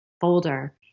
folder